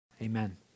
Amen